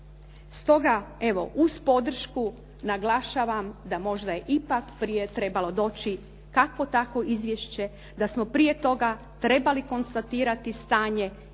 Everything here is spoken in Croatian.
Stoga, evo uz podršku naglašavam da možda je ipak prije trebalo doći kakvo takvo izvješće, da smo prije toga trebali konstatirati stanje i